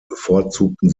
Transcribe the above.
bevorzugten